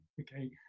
okay